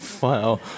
Wow